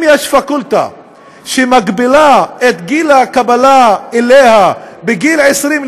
אם יש פקולטה שמגבילה את גיל הקבלה אליה בגיל 20,